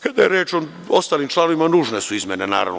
Kada je reč o ostalim članovima, nužne su izmene, naravno.